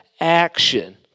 action